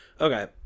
okay